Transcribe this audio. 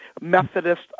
Methodist